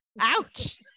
ouch